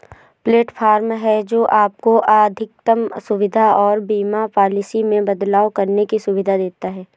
platform है, जो आपको अधिकतम सुविधा और बीमा पॉलिसी में बदलाव करने की सुविधा देता है